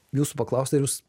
jūsų paklaust ar jūs